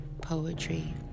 poetry